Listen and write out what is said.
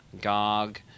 Gog